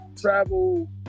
travel